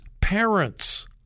parents